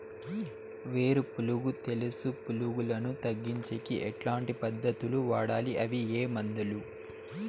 వేరు పులుగు తెలుసు పులుగులను తగ్గించేకి ఎట్లాంటి పద్ధతులు వాడాలి? అవి ఏ మందులు?